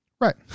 right